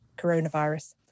coronavirus